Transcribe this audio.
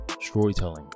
storytelling